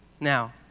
Now